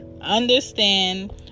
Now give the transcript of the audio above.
understand